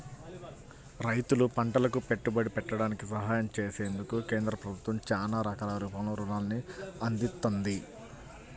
రైతులు పంటలకు పెట్టుబడి పెట్టడానికి సహాయం చేసేందుకు కేంద్ర ప్రభుత్వం చానా రకాల రూపంలో రుణాల్ని అందిత్తంది